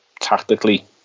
tactically